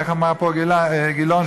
איך אמר פה חבר הכנסת גילאון,